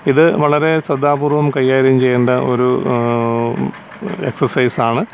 ഇത് വളരെ ശ്രദ്ധാപൂർവ്വം കൈകാര്യം ചെയ്യേണ്ട ഒരു എക്സസൈസ് ആണ്